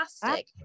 fantastic